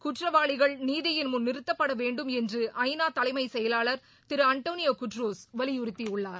குற்றவாளிகள் நீதியின் முன் நிறுத்தப்பட வேண்டும் என்று ஐ நா தலைமை செயலாளர் திரு அன்டோனியோ குட்டரஸ் வலியுறுத்தியுள்ளார்